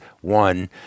one